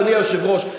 אדוני היושב-ראש,